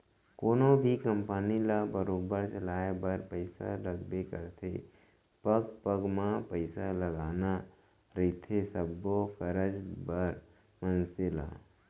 कोनो भी कंपनी ल बरोबर चलाय बर पइसा लगबे करथे पग पग म पइसा लगना रहिथे सब्बो कारज बर मनसे ल